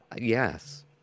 Yes